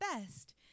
best